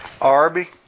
Arby